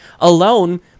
alone